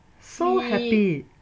so happy